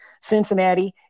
Cincinnati